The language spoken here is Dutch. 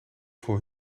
voor